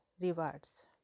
rewards